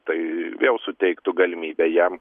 tai vėl suteiktų galimybę jam